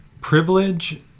Privilege